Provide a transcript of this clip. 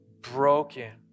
broken